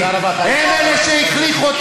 והם אלה שעושים טרור,